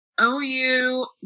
OU